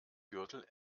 gürtel